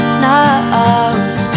knows